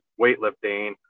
weightlifting